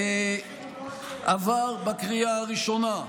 עבר בקריאה הראשונה,